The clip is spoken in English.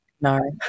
no